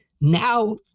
Now